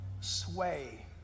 sway